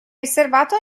riservato